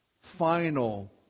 final